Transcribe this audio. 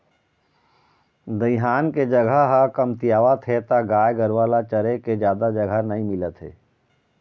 दइहान के जघा ह कमतियावत हे त गाय गरूवा ल चरे के जादा जघा नइ मिलत हे